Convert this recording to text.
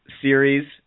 series